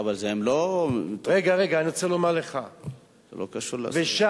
אבל הם לא, זה לא קשור לשרפות.